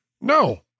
No